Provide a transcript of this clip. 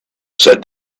said